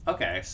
Okay